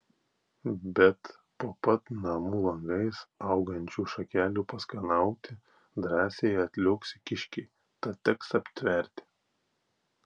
bet po pat namų langais augančių šakelių paskanauti drąsiai atliuoksi kiškiai tad teks aptverti